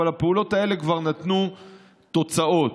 כבר נתנו תוצאות,